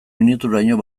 minuturaino